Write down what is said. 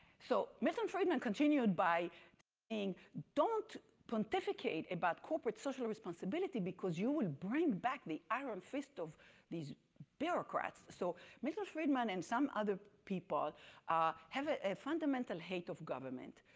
so milton friedman continued by saying, don't pontificate about corporate social responsibility because you will bring back the iron fist of these bureaucrats. so milton friedman and some other people have a fundamental hate of government.